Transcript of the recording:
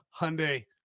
Hyundai